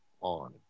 on